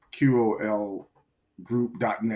QOLgroup.net